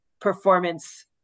performance